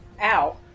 out